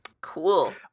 Cool